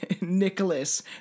Nicholas